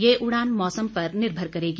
ये उड़ान मौसम पर निर्भर करेगी